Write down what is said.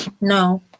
No